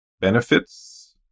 benefits